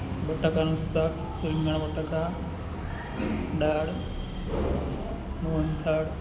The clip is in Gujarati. બટાકાનું શાક રીંગણ બટાકા દાળ મોનથાળ